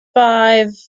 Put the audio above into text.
five